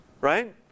right